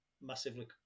massively